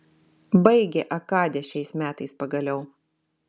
baigė akadę šiais metais pagaliau